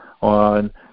on